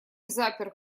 запер